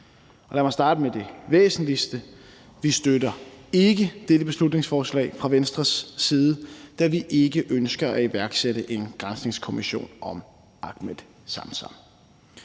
Lad mig starte med det væsentligste: Vi støtter ikke dette beslutningsforslag fra Venstres side, da vi ikke ønsker at iværksætte en granskningskommission om Ahmed Samsam.